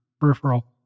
peripheral